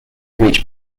reached